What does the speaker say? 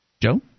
Joe